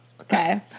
Okay